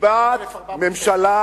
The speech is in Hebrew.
נתבעת ממשלה